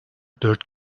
dört